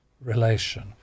relation